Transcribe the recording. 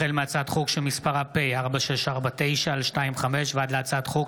החל מהצעת חוק פ/4649/25 וכלה בהצעת חוק